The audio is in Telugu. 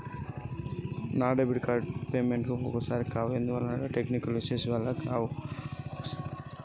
నా డెబిట్ కార్డ్ తో పేమెంట్ ఐతలేవ్ అండ్ల పైసల్ ఉన్నయి ఎందుకు ఐతలేవ్?